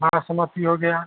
बासमती हो गया